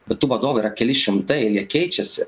bet tų vadovų yra keli šimtai ir jie keičiasi